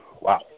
wow